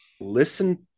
listen